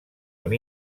amb